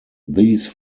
these